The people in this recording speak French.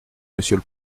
monsieur